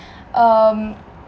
um